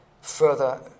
further